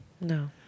No